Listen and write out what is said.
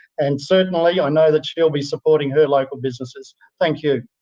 and certainly i know that she'll be supporting her local businesses. thank you.